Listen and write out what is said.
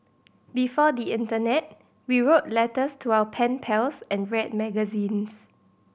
before the internet we wrote letters to our pen pals and read magazines